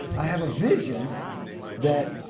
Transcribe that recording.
i have a vision that